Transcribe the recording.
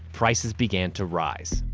prices began to rise.